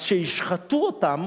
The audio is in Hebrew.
אז כשישחטו אותם